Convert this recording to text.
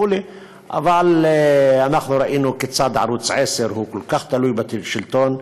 אבל אנחנו ראינו כיצד ערוץ 10 כל כך תלוי בשלטון,